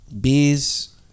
bees